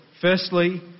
Firstly